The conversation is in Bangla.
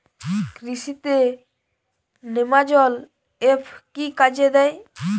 কৃষি তে নেমাজল এফ কি কাজে দেয়?